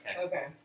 Okay